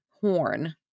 Horn